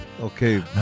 okay